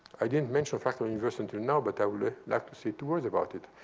i didn't mention fractal universe until now, but i will like to say two words about it.